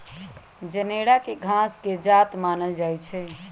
जनेरा के घास के जात मानल जाइ छइ